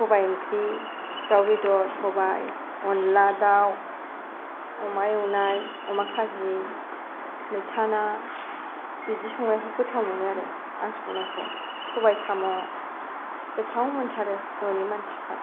सबाय ओंख्रि दाउ बेदर सबाय अनद्ला दाउ अमा एवनाय अमा खाजि मैथा ना बिदि संनायखौ गोथाव मोनो आरो आं संनायखौ सबाय साम' गोथाव मोनथारो न'नि मानसिफ्रा